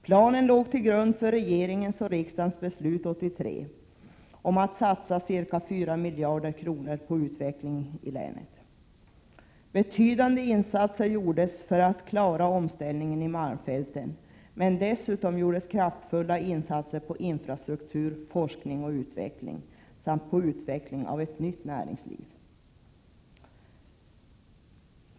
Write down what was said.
Planen låg till grund för regeringens och riksdagens beslut 1983 att satsa 4 miljarder kronor på utveckling i länet. Betydande insatser gjordes för att klara omställningen i malmfälten, men dessutom gjordes kraftfulla insatser på infrastruktur, forskning och utveckling samt på utveckling av ett nytt näringsliv.